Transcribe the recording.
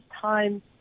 time